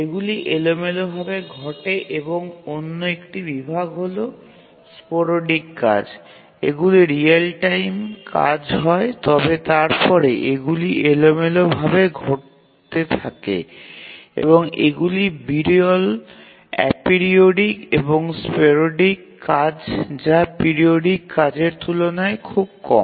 এগুলি এলোমেলোভাবে ঘটে এবং অন্য একটি বিভাগ হল স্পোরডিক কাজ এগুলি রিয়েল টাইম কাজ হয় তবে তারপরে এগুলি এলোমেলোভাবে ঘটতে থাকে এবং এগুলি বিরল এপিরিওডিক এবং স্পোরডিক কাজ যা পিরিওডিক কাজের তুলনায় খুব কম